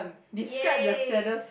yay